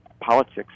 politics